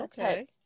Okay